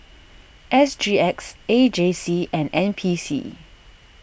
S G X A J C and N P C